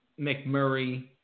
McMurray